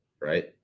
right